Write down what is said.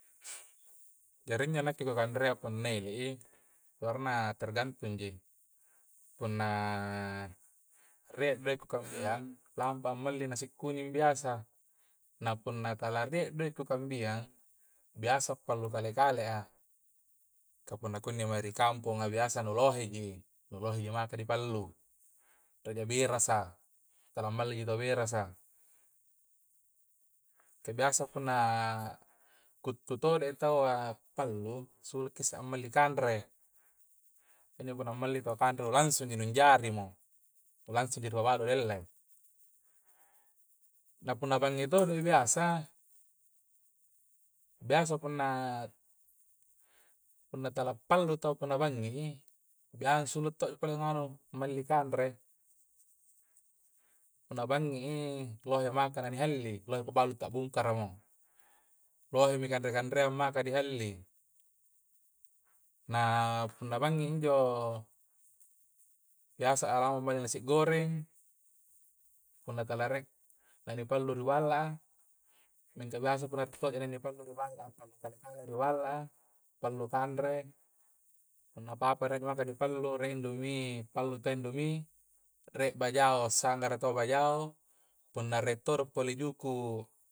Jari injo nakke ku kanrea punna ele i, warna tergantungji punna rie doe' ku kamalleang lampa melli nasi kuning biasa. na punna tala rie doe' ku kambiang biasa pallu kale-kale, kah punna kinni mae ri kamponga biasa nu lohe ji, nuloheji maka dipallu rie ji berasa, tala malli jaki taua berasa kah biasa punna kuttu todoi taua pallu, suluki isse malling kanre na inni punna malli taua kanre nu langsungji nun jari mo nu lansung ri warung dilellei na punna banging todo i biasa, biasa punna tala pallu taua punna banging i biasa intu ansulu todo punna nganu malli kanre punna banging i lohe matara di halli, lohe pabalu tabungkaramo, lohemi kanre-kanreang mata di halli na punna banging i injo, biasa a' lamunga nasi goreng punna tala rie pallu ri balla a, mingka biasa punna rie to'ji di pallu ri balla a pallu kale-kale a ri balla a, pallu kanre punna papa re' maka di pallu, re' indomi pallu intu indomi pallu indomi, re' bajao sanggara taua bajao, punna rie to pole juku.